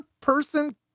person